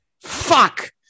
fuck